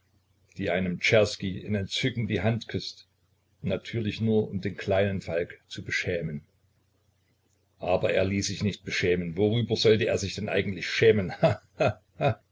die einem czerski in entzücken die hand küßt natürlich nur um den kleinen falk zu beschämen aber er ließ sich nicht beschämen worüber sollte er sich denn eigentlich schämen